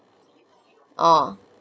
oh